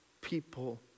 people